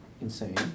insane